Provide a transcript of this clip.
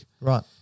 Right